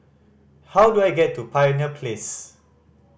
how do I get to Pioneer Place